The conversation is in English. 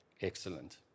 Excellent